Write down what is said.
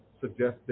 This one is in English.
suggested